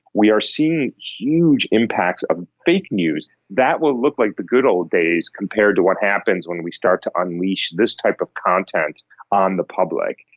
we are seeing huge impacts of fake news. that will look like the good old days compared to what happens when we start to unleash this type of content on the public,